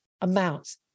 amounts